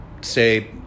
say